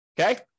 Okay